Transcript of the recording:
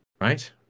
right